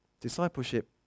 Discipleship